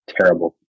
terrible